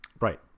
Right